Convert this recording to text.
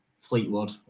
Fleetwood